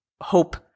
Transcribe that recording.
hope